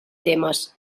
temes